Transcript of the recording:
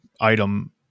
item